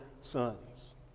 sons